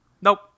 Nope